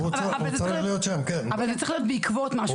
אבל זה צריך להיות בעקבות משהו.